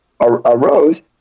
arose